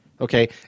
okay